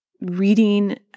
reading